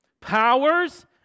powers